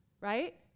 right